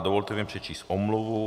Dovolte mi přečíst omluvu.